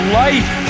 life